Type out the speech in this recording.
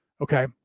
Okay